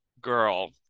girl